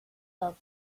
love